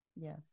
Yes